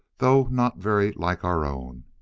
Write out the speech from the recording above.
though not very like our own.